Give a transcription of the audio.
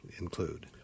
include